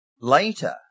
Later